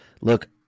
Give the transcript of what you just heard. Look